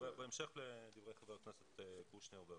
בהמשך לדברי חברי הכנסת קושניר ורזבוזוב.